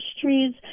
trees